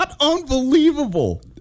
unbelievable